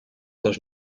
dos